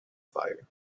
fire